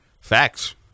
Facts